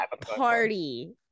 Party